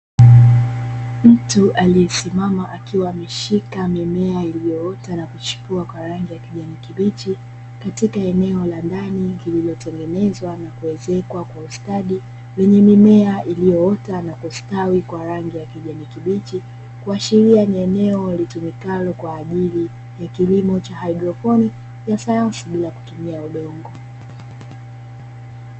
Mtu aliyesimama akiwa ameshika mimea iliyoota na kuchipua kwa rangi ya kijani kibichi katika eneo la ndani lililotengenezwa na kuezekwa kwa ustadi, lenye mimea iliyoota na kustawi kwa kijani kibichi, kuashiria ni eneo litumikalo kwa ajili ya kilimo cha haidroponi ya sayansi bila kutumia udongo.